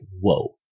whoa